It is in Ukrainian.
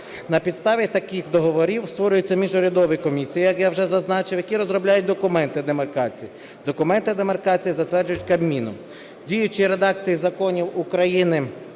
На підставі таких договорів створюються міжурядові комісії, як я вже зазначив, які розробляють документи демаркації, документи демаркації затверджують Кабміном. В діючій редакції законів України